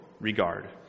regard